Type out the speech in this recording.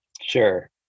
Sure